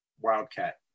Wildcat